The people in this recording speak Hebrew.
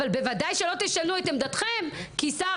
אבל בוודאי שלא תשנו את עמדתכם כי שר